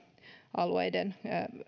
alueiden